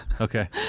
Okay